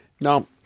Now